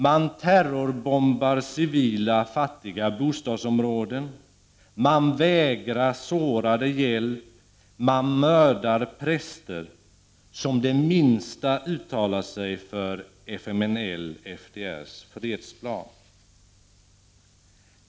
Man terrorbombar civila, fattiga bostadsområden, man vägrar sårade hjälp. Man mördar präster som har uttalat sig det minsta för FMYNL/FDR:s fredsplan.